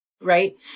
Right